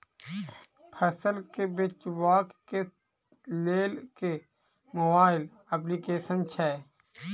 फसल केँ बेचबाक केँ लेल केँ मोबाइल अप्लिकेशन छैय?